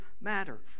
matter